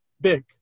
big